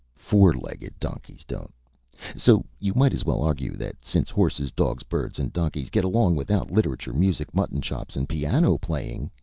four-legged donkeys don't so you might as well argue that since horses, dogs, birds, and donkeys get along without literature, music, mutton-chops, and piano-playing